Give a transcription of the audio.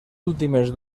últimes